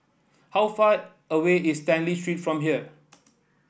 how far away is Stanley Street from here